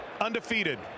undefeated